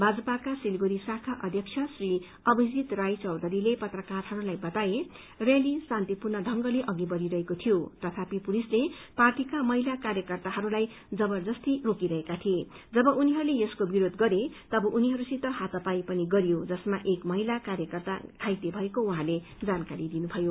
भाजपाको सिलगढ़ी शाखा अध्यक्ष श्री अभिजीत राय चौधरीले पत्रकारहरूलाई बताए रयाली शान्तिपूर्ण ढंगले अघि बढ़िरहेको थियो तथापि पुलिसद्वारा पार्टीका महिला कार्यकर्ताहरूलाई जबरजस्ती रोकिरहेका थिए जब उनीहरूले यसको विरोध गरे तब उनीहरूसित हातापाई पनि गरियो जसमा एक महिला कार्यकर्ता घाइते हुँदा उहाँले जानकारी दिनुभयो